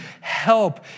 help